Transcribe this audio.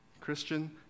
Christian